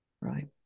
Right